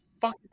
fuck